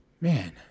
Man